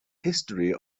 history